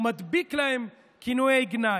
הוא מדביק להם כינוי גנאי.